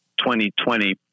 2020